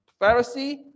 Pharisee